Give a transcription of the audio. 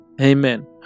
Amen